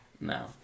No